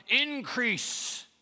increase